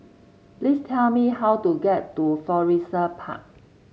please tell me how to get to Florissa Park